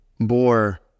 bore